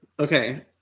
Okay